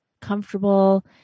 comfortable